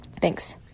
thanks